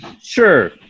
sure